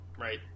Right